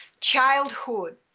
childhood